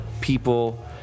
people